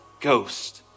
Ghost